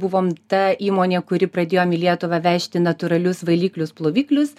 buvom ta įmonė kuri pradėjom į lietuvą vežti natūralius valiklius ploviklius